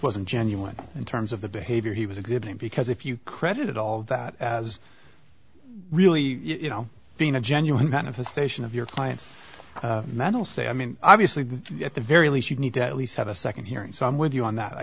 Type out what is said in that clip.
wasn't genuine in terms of the behavior he was exhibiting because if you credit all of that as really you know being a genuine manifestation of your client's mental say i mean obviously at the very least you need to at least have a second here and so i'm with you on that i